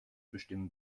bestimmen